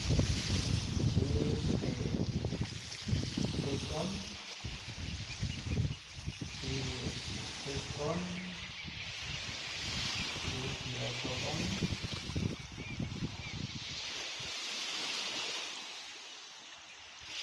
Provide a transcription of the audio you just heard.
Ji'i este kutyë on, ji'i este pëj on, ji'i girasol on.